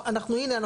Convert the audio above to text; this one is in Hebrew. אנחנו הנה,